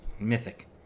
Mythic